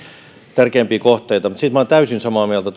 tärkeämpiä kohteita mutta sitten minä olen täysin samaa mieltä